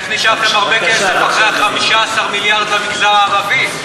איך נשאר לכם הרבה כסף אחרי ה-15 מיליארד למגזר הערבי?